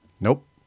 nope